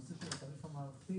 הנושא של התעריף המערכתי